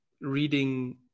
reading